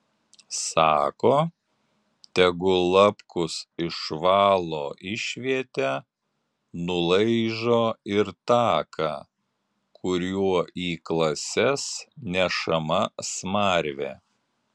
sako tegu lapkus išvalo išvietę nulaižo ir taką kuriuo į klases nešama smarvė